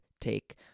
Take